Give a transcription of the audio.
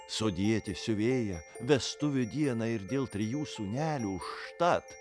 sodietį siuvėją vestuvių dieną ir dėl trijų sūnelių užtat